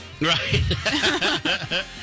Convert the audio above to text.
Right